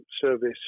service